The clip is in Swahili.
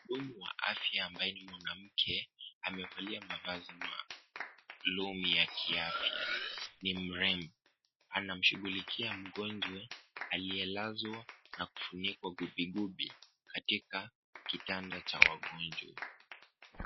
Muhudumu wa afya ambaye ni mwanamke amevalia mavazi maalum ya kiafya, ni mrembo. Anamshughulikia mgonjwa aliyelazwa na kufunikwa gubigubi katika kitanda cha wagonjwa.